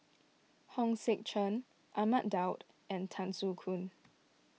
Hong Sek Chern Ahmad Daud and Tan Soo Khoon